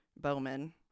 bowman